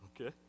okay